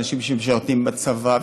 אנשים שמשרתים בצבא,